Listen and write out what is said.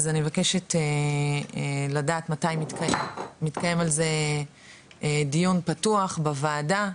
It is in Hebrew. אז אני מבקשת לדעת מתי מתקיים על זה דיון פתוח בוועדה,